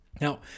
Now